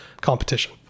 competition